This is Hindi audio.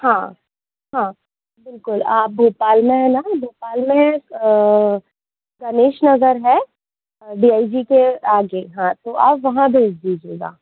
हाँ हाँ बिल्कुल आप भोपाल में हैं ना भोपाल में गणेश नगर है डी आई जी के आगे हाँ तो आप वहाँ भेज दीजिएगा